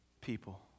people